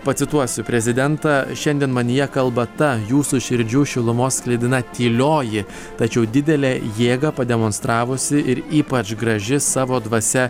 pacituosiu prezidentą šiandien manyje kalba ta jūsų širdžių šilumos sklidina tylioji tačiau didelę jėgą pademonstravusi ir ypač graži savo dvasia